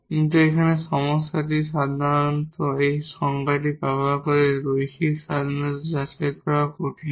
কিন্তু এখানে সমস্যাটি কি সাধারণত এই সংজ্ঞাটি ব্যবহার করে লিনিয়ার ইন্ডিপেন্ডেট যাচাই করা কঠিন